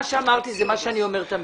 מה שאמרתי זה מה שאני אומר תמיד.